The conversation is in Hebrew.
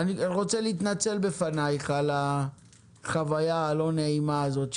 אני רוצה להתנצל בפניך על החוויה הלא נעימה הזאת,